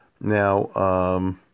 Now